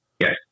Yes